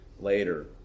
later